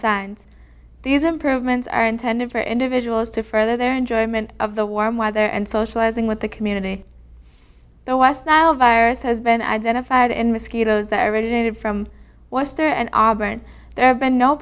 signs these improvements are intended for individuals to further their enjoyment of the warm weather and socializing with the community the west nile virus has been identified and mosquitoes that originated from was there and auburn there have been no